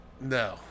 No